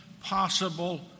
possible